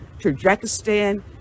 Tajikistan